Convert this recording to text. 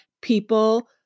people